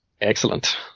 Excellent